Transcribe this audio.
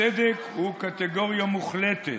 צדק הוא קטגוריה מוחלטת.